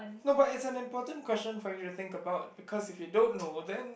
no but it's an important question for you think about because if you don't know then